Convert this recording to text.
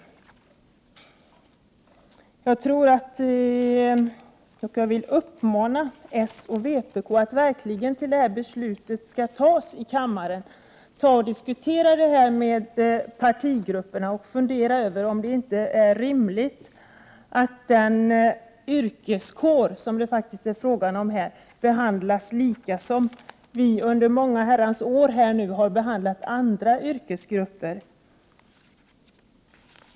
Jag vill uppmana socialdemokraterna och vpk att till dess att beslutet skall fattas i kammaren, verkligen diskutera det här med partigrupperna och fundera över om det inte är rimligt att den yrkeskår som det faktiskt är frågan om behandlas på samma sätt som vi i många år har behandlat andra yrkesgrupper.